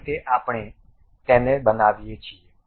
આ રીતે આપણે તેને બનાવીએ છીએ